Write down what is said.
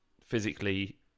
physically